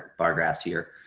bar graphs here,